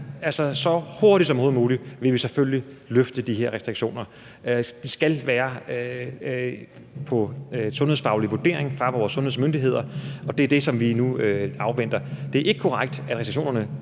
så hurtigt som overhovedet muligt selvfølgelig vil løfte de her restriktioner. Det skal være på en sundhedsfaglig vurdering fra vores sundhedsmyndigheder, og det er det, som vi nu afventer. Det er ikke korrekt, at restriktionerne